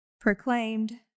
proclaimed